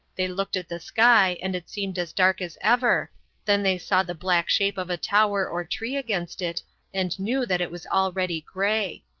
they looked at the sky and it seemed as dark as ever then they saw the black shape of a tower or tree against it and knew that it was already grey.